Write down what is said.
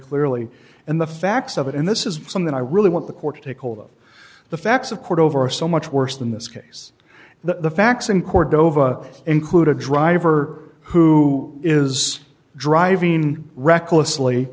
clearly and the facts of it and this is something i really want the court to take hold of the facts of cordova are so much worse than this case the facts in cordova include a driver who is driving recklessly